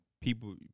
people